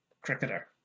cricketer